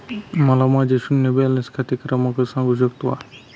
मला माझे शून्य बॅलन्स खाते क्रमांक सांगू शकता का?